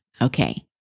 Okay